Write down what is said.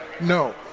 No